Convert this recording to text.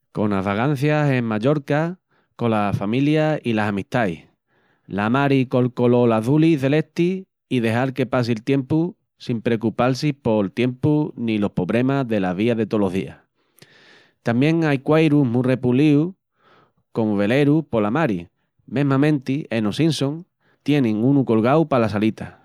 Conas vagancias en Mallorca cola familia i las amistais, la mari col colol azuli celesti i dejal que passi'l tiempu sin precupal-si pol tiempu ni los pobremas dela vía de tolos días. Tamién aín quairus mu repolíus con velerus pola mari, mesmamenti enos Simpsons tienin unu colgau pala salita.